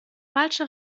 falsche